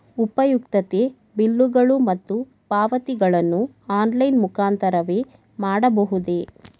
ಉಪಯುಕ್ತತೆ ಬಿಲ್ಲುಗಳು ಮತ್ತು ಪಾವತಿಗಳನ್ನು ಆನ್ಲೈನ್ ಮುಖಾಂತರವೇ ಮಾಡಬಹುದೇ?